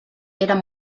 eren